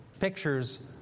pictures